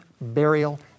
burial